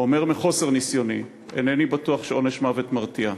אומר מחוסר ניסיוני: אינני בטוח שעונש מוות מרתיע,